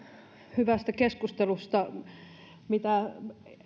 hyvästä keskustelusta